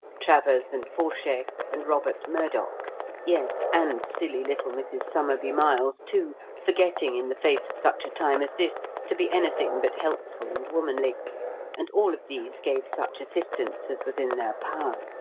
travers and forshay and robert murdock yes, and silly little mrs. somerby-miles, too, forgetting in the face of such a time as this to be anything but helpful and womanly and all of these gave such assistance as was in their power.